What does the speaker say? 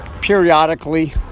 periodically